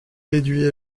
réduits